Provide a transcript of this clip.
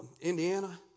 Indiana